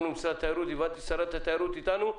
שרת התיירות אתנו.